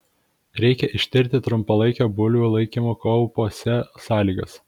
reikia ištirti trumpalaikio bulvių laikymo kaupuose sąlygas